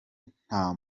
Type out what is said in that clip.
nta